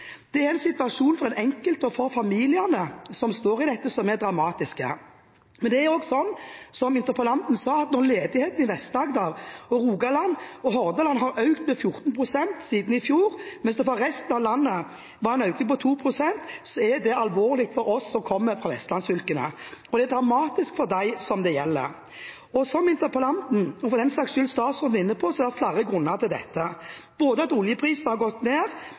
Det er en dramatisk situasjon for den enkelte og for familiene som står i dette, men det er også sånn, som interpellanten sa, at når ledigheten i Vest-Agder, Rogaland og Hordaland har økt med 14 pst. siden i fjor, mens det for resten av landet har vært en økning på 2 pst., er det alvorlig for oss som kommer fra vestlandsfylkene. Som interpellanten, og for den saks skyld statsråden, var inne på, er det flere grunner til dette, både at oljeprisen har gått ned,